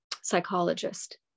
psychologist